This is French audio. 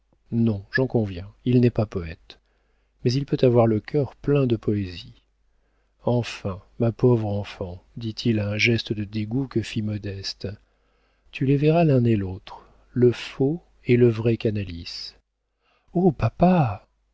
non j'en conviens il n'est pas poëte mais il peut avoir le cœur plein de poésie enfin ma pauvre enfant dit-il à un geste de dégoût que fit modeste tu les verras l'un et l'autre le faux et le vrai canalis oh papa